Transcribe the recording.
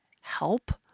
help